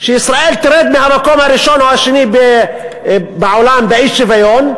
שישראל תרד מהמקום הראשון או השני בעולם באי-שוויון,